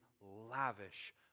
lavish